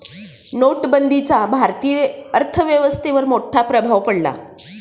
नोटबंदीचा भारतीय अर्थव्यवस्थेवर मोठा प्रभाव पडला